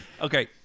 Okay